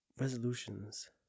resolutions